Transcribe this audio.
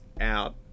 out